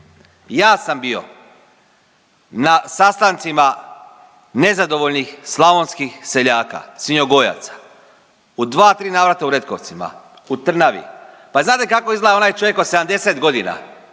Ja sam bio na sastancima nezadovoljnih slavonskih seljaka svinjogojaca u dva, tri navrata u Retkovcima, u Trnavi, pa znate kako izgleda onaj čovjek od 70 godina